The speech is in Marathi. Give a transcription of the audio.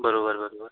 बरोबर बरोबर